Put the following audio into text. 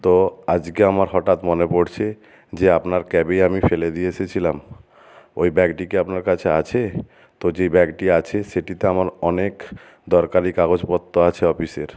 তো আজকে আমার হঠাৎ মনে পড়ছে যে আপনার ক্যাবেই আমি ফেলে দিয়ে এসেছিলাম ওই ব্যাগটি কি আপনার কাছে আছে তো যে ব্যাগটি আছে সেটিতে আমার অনেক দরকারি কাগজপত্র আছে অপিসের